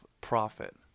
profit